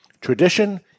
tradition